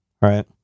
right